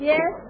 Yes